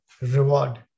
reward